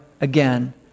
again